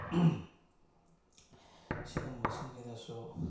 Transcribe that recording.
ꯁꯤꯒꯨꯝꯕꯁꯤꯡꯁꯤꯗꯁꯨ